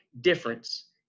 difference